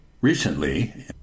Recently